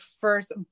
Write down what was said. first